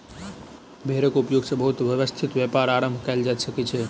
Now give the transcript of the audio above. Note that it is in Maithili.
भेड़क उपयोग सॅ बहुत व्यवस्थित व्यापार आरम्भ कयल जा सकै छै